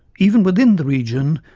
even within the region,